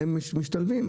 הם משתלבים,